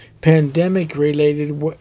pandemic-related